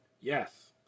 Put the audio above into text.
Yes